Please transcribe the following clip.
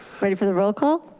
ready for the roll call?